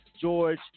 George